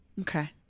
Okay